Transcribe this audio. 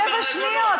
שבע שניות, שבע שניות.